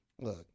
look